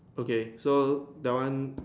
okay so that one